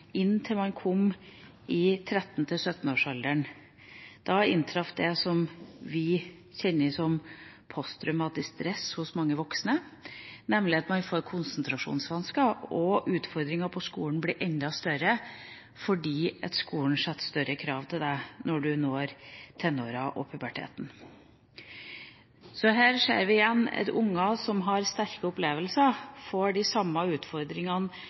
man kom i 13–17-årsalderen. Da inntraff det som vi kjenner som posttraumatisk stress hos mange voksne, nemlig at man får konsentrasjonsvansker, og at utfordringer på skolen blir enda større fordi skolen stiller større krav til en når man når tenårene og puberteten. Her ser vi igjen at barn som har sterke opplevelser, får de samme utfordringene